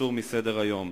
שתוסר מסדר-היום.